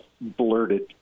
blurted